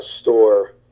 store